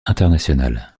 international